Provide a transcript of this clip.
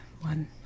one